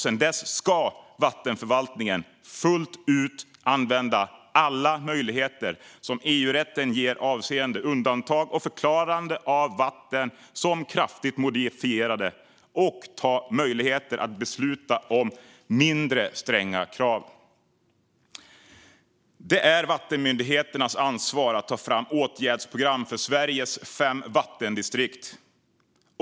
Sedan dess ska vattenförvaltningen fullt ut använda alla möjligheter som EU-rätten ger avseende undantag och förklarande av vatten som kraftigt modifierade samt utnyttja möjligheter att besluta om mindre stränga krav. Det är vattenmyndigheternas ansvar att ta fram åtgärdsprogram för Sveriges fem vattendistrikt.